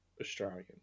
australian